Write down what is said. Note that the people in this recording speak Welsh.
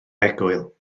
egwyl